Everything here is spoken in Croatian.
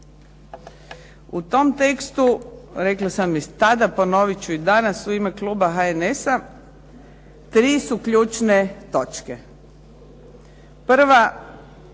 U tom tekstu rekla sam i tada, ponovit ću i danas u ime kluba HNS-a tri su ključne točke. Prva